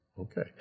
Okay